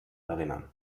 erinnern